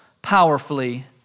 powerfully